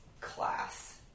class